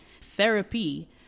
Therapy